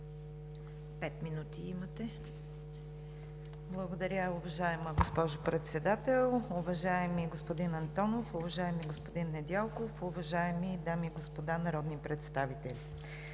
ПЕТЯ АВРАМОВА: Благодаря, уважаема госпожо Председател! Уважаеми господин Антонов, уважаеми господин Недялков, уважаеми дами и господа народни представители!